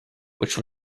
which